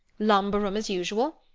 lumber-room as usual.